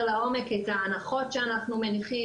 כך יותר לעומק את ההנחות שאנחנו מניחים,